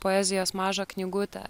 poezijos mažą knygutę